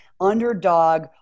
underdog